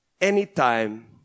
anytime